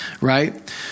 right